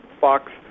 Fox